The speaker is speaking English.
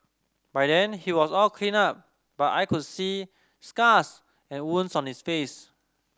by then he was all cleaned up but I could see scars and wounds on his face